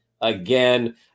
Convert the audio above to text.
again